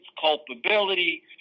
culpability